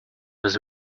was